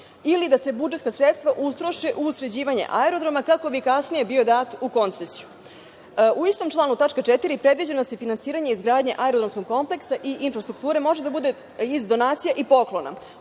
ili da se budžetska sredstva utroše u sređivanje aerodroma kako bi kasnije bio dat u koncesiju?U istom članu, u tački 4) predviđeno je da finansiranje izgradnje aerodromskog kompleksa i infrastrukture može da bude i iz donacija i poklona.